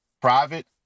Private